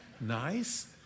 Nice